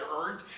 earned